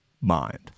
mind